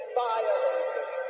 violated